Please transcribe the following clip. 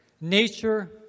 nature